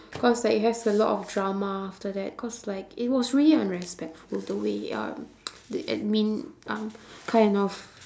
cause like it has a lot of drama after that cause like it was really unrespectful the way um the admin um kind of